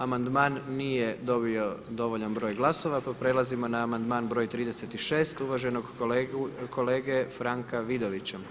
Amandman nije dobio dovoljan broj glasova pa prelazimo na amandman broj 36. uvaženog kolege Franka Vidovića.